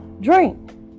drink